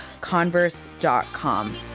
converse.com